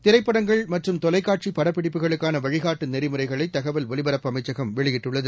திரைப்படங்கள் மற்றும் தொலைக்காட்சி படப்பிடிப்புகளுக்கான வழிகாட்டு நெறிமுறைகளை தகவல் ஒலிபரப்பு அமைச்சகம் வெளியிட்டுள்ளது